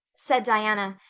said diana,